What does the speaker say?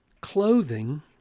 Clothing